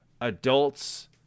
adults